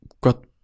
got